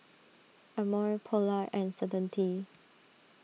Amore Polar and Certainty